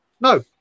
No